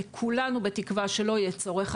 כולנו בתקווה שלא יהיה צורך,